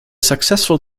successful